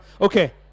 Okay